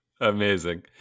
Amazing